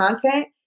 content